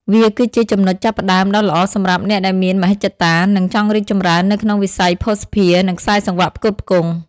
វាគឺជាចំណុចចាប់ផ្តើមដ៏ល្អសម្រាប់អ្នកដែលមានមហិច្ឆតា និងចង់រីកចម្រើននៅក្នុងវិស័យភស្តុភារ និងខ្សែសង្វាក់ផ្គត់ផ្គង់។